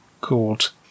called